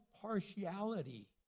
partiality